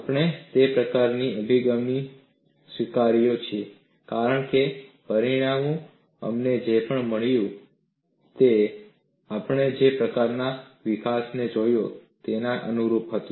આપણે તે પ્રકારનો અભિગમ સ્વીકાર્યો છે કારણ કે પરિણામો અમને જે પણ મળ્યું છે તે આપણે જે પ્રકારનાં વિકાસને જોયા છે તેના અનુરૂપ હતા